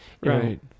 Right